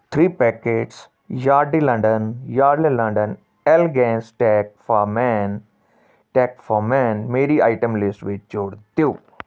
three packets Yardley London yard London elegance tact for men tact for men ਮੇਰੀ item list ਵਿੱਚ ਜੋੜ ਦਿਓ